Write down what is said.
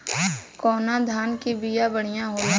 कौन धान के बिया बढ़ियां होला?